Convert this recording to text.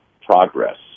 progress